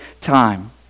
time